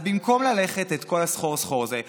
אז במקום ללכת את כל הסחור-סחור הזה,